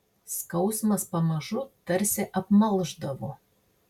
skausmas pamažu tarsi apmalšdavo